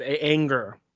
anger